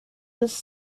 this